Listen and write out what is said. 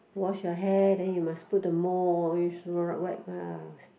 wash your hair then you must put the mould ah